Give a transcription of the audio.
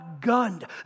gunned